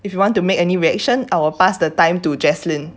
if you want to make any reaction I will pass the time to jaslyn